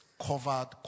covered